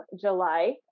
July